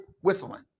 whistling